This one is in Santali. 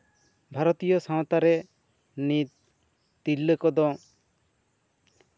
ᱵᱷᱟᱨᱚᱛᱤᱭᱚ ᱥᱟᱶᱛᱟᱨᱮ ᱱᱤᱛ ᱛᱤᱨᱞᱟᱹ ᱠᱚᱫᱚ